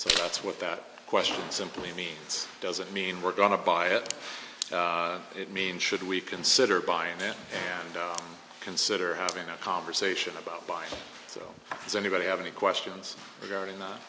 so that's what that question simply means doesn't mean we're gonna buy it it means should we consider buying it and consider having a conversation about buying so does anybody have any questions regarding